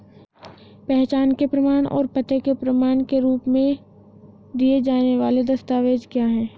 पहचान के प्रमाण और पते के प्रमाण के रूप में दिए जाने वाले दस्तावेज क्या हैं?